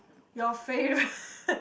your favorite